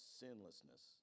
sinlessness